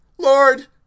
lord